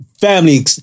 family